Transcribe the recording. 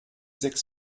sechs